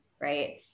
right